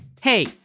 Hey